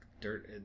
dirt